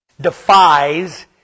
defies